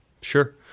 sure